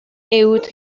uwd